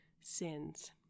sins